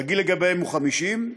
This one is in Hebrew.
שהגיל לגביהם הוא 50,